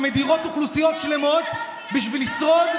שמדירות אוכלוסיות שלמות בשביל לשרוד,